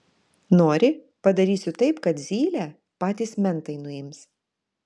nori padarysiu taip kad zylę patys mentai nuims